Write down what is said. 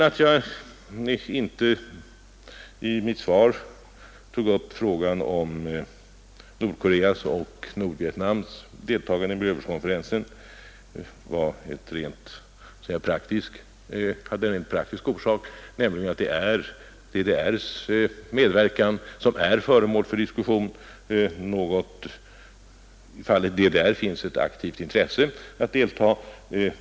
Att jag i mitt svar inte tog upp frågan om Nordkoreas och Nordvietnams deltagande i miljövårdskonferensen hade en rent praktisk orsak, nämligen att det är DDR:s medverkan som är föremål för diskussion. I fallet DDR finns ett aktivt intresse att delta.